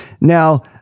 Now